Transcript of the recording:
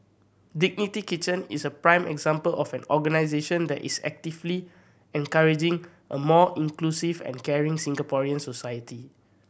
Dignity Kitchen is a prime example of an organisation that is actively encouraging a more inclusive and caring Singaporean society